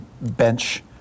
bench